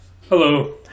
hello